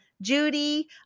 Judy